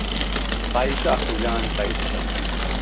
size چھُ اصٕل جان سایِز چھُ تَتھ